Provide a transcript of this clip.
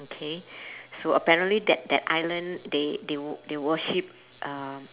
okay so apparently that that island they they they worship um